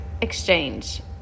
exchange